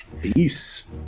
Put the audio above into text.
Peace